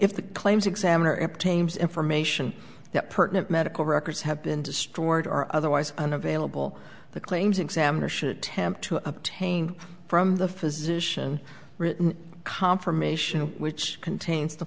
if the claims examiner iptables information that pertinent medical records have been destroyed or otherwise unavailable the claims examiner should attempt to obtain from the physician written confirmation which contains the